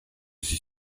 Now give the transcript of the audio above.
suis